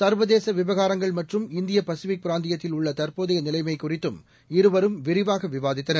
சர்வதேசவிவகாரங்கள் மற்றும் இந்திய பசிபிக் பிராந்தியத்தில் உள்ளதற்போதையநிலைமைகுறித்தும் இருவரும் விரிவாகவிவாதித்தனர்